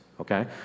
okay